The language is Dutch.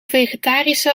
vegetarische